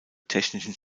technischen